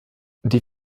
die